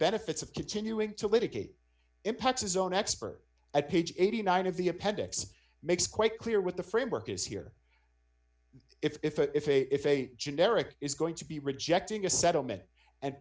benefits of continuing to litigate impacts his own expert at page eighty nine of the appendix makes quite clear what the framework is here if if a if a generic is going to be rejecting a settlement and